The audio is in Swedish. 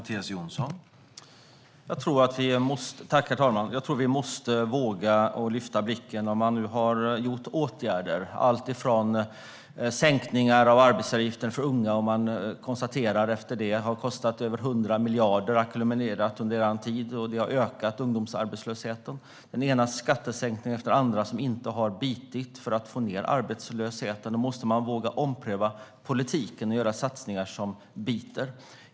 Herr talman! Jag tror att vi måste våga lyfta blicken. Man har nu vidtagit åtgärder. Det är bland annat sänkningar av arbetsgivaravgiften för unga. Man kan efter det konstatera att det har kostat över 100 miljarder ackumulerat under er tid, och det har ökat ungdomsarbetslösheten. Det är den ena skattesänkningen efter den andra som inte har bitit när det gäller att få ned arbetslösheten. Då måste man våga ompröva politiken och göra satsningar som biter.